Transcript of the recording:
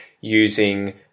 using